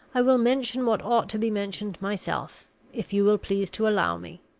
i will mention what ought to be mentioned myself if you will please to allow me.